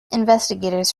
investigators